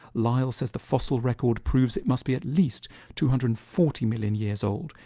lyle says the fossil record proves it must be at least two hundred and forty million years old,